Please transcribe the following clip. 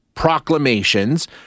proclamations